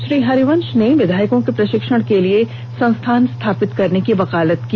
श्री हरिवंष ने विधायकों के प्रषिक्षण के लिए संस्थान स्थापित करने की वकालत की